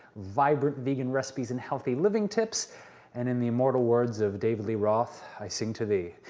vibrant vegan recipes and healthy living types and in the immortal words of david lee roth, i sing to thee.